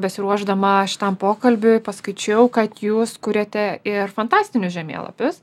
besiruošdama šitam pokalbiui paskaičiau kad jūs kuriate ir fantastinius žemėlapius